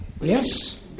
Yes